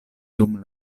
dum